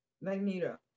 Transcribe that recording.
Magneto